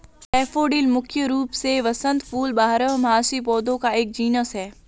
daffodil मुख्य रूप से वसंत फूल बारहमासी पौधों का एक जीनस है